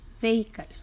vehicle